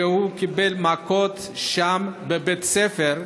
שם הוא קיבל מכות בבית ספר.